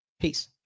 Peace